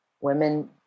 women